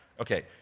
Okay